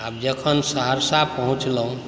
जखन सहरसा पहुँचलहुॅं